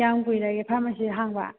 ꯀꯌꯥꯝ ꯀꯨꯏꯔꯒꯦ ꯐꯥꯔꯃꯥꯁꯤ ꯍꯥꯡꯕ